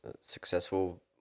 successful